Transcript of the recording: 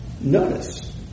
notice